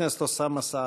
חבר הכנסת אוסאמה סעדי.